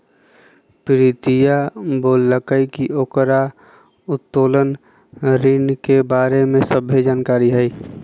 प्रीतिया बोललकई कि ओकरा उत्तोलन ऋण के बारे में सभ्भे जानकारी हई